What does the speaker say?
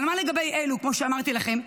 אבל מה לגבי אלו כמו שאמרתי לכם,